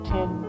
Ten